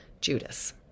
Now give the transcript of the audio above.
Judas